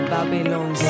Babylon